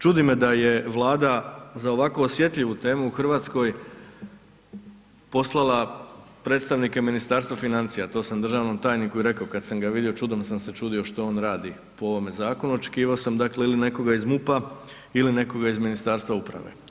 Čudi me da je Vlada za ovako osjetljivu temu u Hrvatskoj poslala predstavnike Ministarstva financija, to sam državnom tajniku i rekao kad sam ga vidio čudom sam se čudio što on radi po ovom zakonu, očekivao sam dakle ili nekoga iz MUP-a ili nekoga iz Ministarstva uprave.